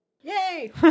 yay